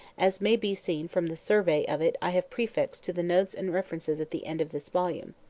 as may be seen from the survey of it i have prefixed to the notes and references at the end of the volume.